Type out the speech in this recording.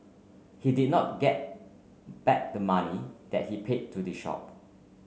he did not get back the money that he paid to the shop